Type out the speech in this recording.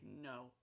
No